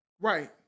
Right